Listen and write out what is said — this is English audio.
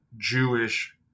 Jewish